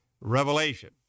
Revelation